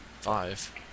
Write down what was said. Five